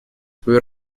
свою